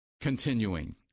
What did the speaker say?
Continuing